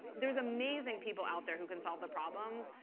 there's amazing people out there who can solve the problems.